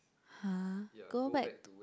!huh! go back to